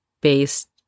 based